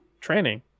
training